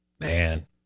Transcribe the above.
Man